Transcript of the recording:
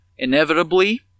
Inevitably